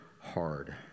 hard